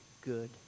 good